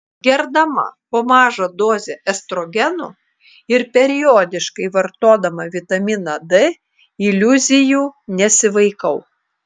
gerdama po mažą dozę estrogeno ir periodiškai vartodama vitaminą d iliuzijų nesivaikau